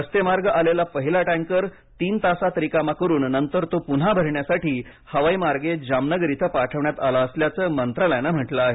रस्तेमार्गे आलेला पहिला टैंकर तीन तासांत रिकामा करून नंतर तो पुन्हा भरण्यासाठी हवाईमार्गे जामनगर इथं पाठवण्यात आला असल्याचं मंत्रालयान म्हटलं आहे